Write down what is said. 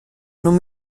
non